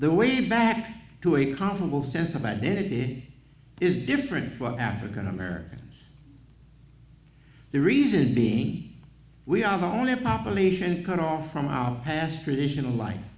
the way back to a comparable sense of identity is different for african americans the reason be we are only a population cut off from our past traditional life